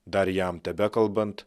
dar jam tebekalbant